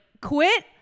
quit